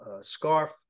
scarf